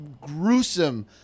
gruesome